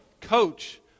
coach